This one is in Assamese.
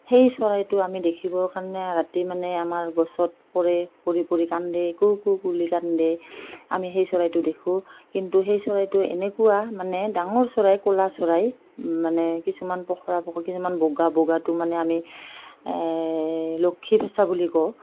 সেই চৰাইটো আমি দেখিবৰ কাৰণে ৰাতি মানে আমাৰ গছত পৰে পৰি পৰি কান্দে কুউ কুউ বুলি কান্দে আমি সেই চৰাইটো দেখোঁ কিন্তু সেই চৰাইটো এনেকুৱা মানে ডাঙৰ চৰাই ক'লা চৰাই মানে কিছুমান পখৰা পখৰ কিছুমান বগা বগাটো মানে আমি লক্ষী ফেঁচা বুলি কওঁ